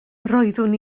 roeddwn